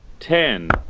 ten.